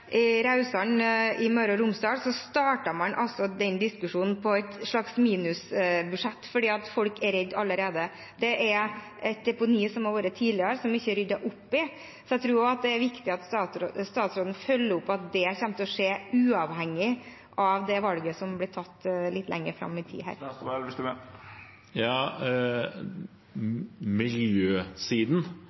et deponi som har vært tidligere, som ikke er ryddet opp i. Så jeg tror det er viktig at statsråden følger opp at det kommer til å skje, uavhengig av det valget som blir tatt litt lenger fram i tid her.